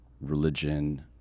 religion